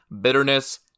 bitterness